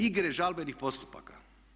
Igre žalbenih postupaka.